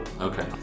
Okay